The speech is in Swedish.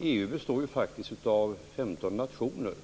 EU består faktiskt av 15 nationer.